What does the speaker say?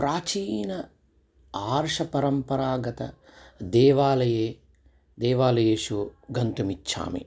प्राचीन आर्ष परंपरागत देवालये देवालयेषु गन्तुम् इच्छामि